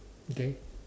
okay